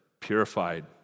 purified